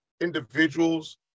individuals